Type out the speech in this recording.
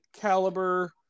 caliber